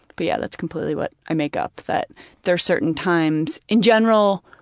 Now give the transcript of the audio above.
but, yeah, that's completely what i make up, that there's certain times in general,